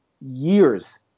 years